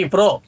Pro